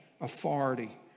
authority